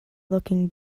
looking